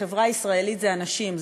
החברה הישראלית זה אנשים,